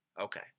Okay